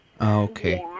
okay